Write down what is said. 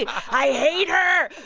i hate her.